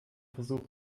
versuch